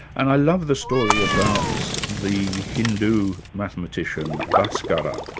and i love the story about so the hindu mathematician, bhaskara.